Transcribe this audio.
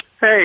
Hey